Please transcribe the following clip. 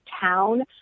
town